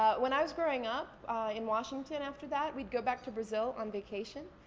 ah when i was growing up in washington after that, we'd go back to brazil on vacation.